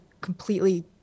completely